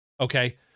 Okay